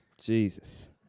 Jesus